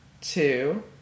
two